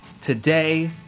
today